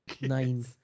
nine